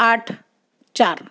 आठ चार